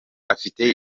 afite